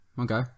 okay